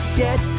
get